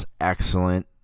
excellent